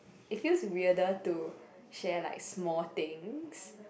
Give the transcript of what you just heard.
it feels weirder to share like small things